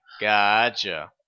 gotcha